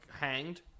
hanged